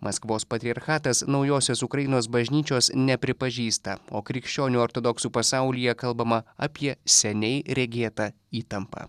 maskvos patriarchatas naujosios ukrainos bažnyčios nepripažįsta o krikščionių ortodoksų pasaulyje kalbama apie seniai regėtą įtampą